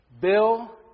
Bill